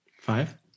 Five